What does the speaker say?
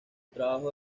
trabajo